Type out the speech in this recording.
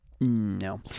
No